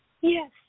Yes